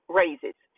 raises